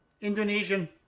Indonesian